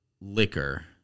liquor